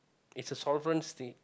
it's a sovereign state